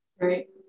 right